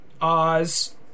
Oz